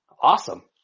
Awesome